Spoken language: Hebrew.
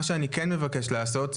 מה שאני כן מבקש לעשות,